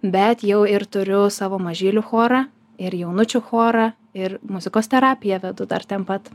bet jau ir turiu savo mažylių chorą ir jaunučių chorą ir muzikos terapiją vedu dar ten pat